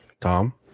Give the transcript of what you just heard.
tom